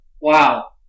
Wow